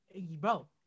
Bro